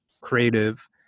creative